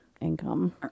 income